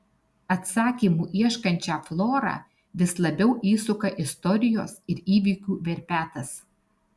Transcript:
atsakymų ieškančią florą vis labiau įsuka istorijos ir įvykių verpetas